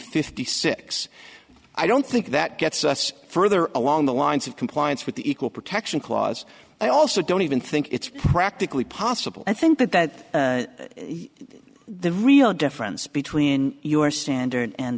fifty six i don't think that gets us further along the lines of compliance with the equal protection clause i also don't even think it's practically pos i think that the real difference between your standard and